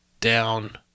down